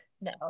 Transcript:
no